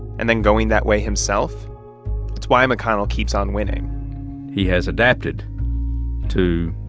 and then going that way himself it's why mcconnell keeps on winning he has adapted to